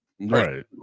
Right